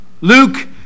Luke